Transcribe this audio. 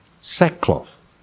Sackcloth